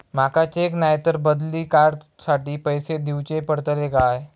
माका चेक नाय तर बदली कार्ड साठी पैसे दीवचे पडतले काय?